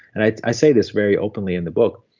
and i i say this very openly in the book,